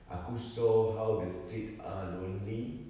aku saw how the street are lonely